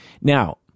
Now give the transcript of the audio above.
Now